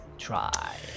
try